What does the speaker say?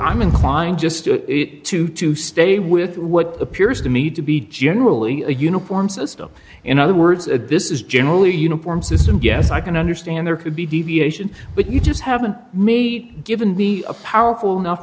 i'm inclined just to to stay with what appears to me to be generally a uniform system in other words abyss is generally a uniform system yes i can understand there could be deviation but you just haven't made given the a powerful enough